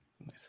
Nice